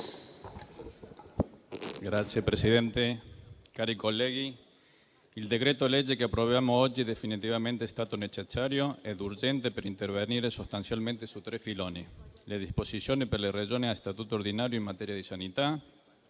Signor Presidente, onorevoli colleghi, il decreto-legge che approviamo oggi definitivamente è stato necessario ed urgente per intervenire sostanzialmente su tre filoni: le disposizioni per le Regioni a statuto ordinario in materia di sanità,